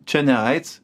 čia ne aids